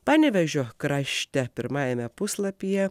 panevėžio krašte pirmajame puslapyje